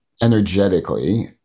energetically